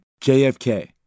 JFK